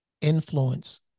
influence